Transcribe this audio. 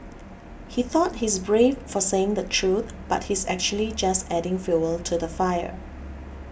he thought he's brave for saying the truth but he's actually just adding fuel to the fire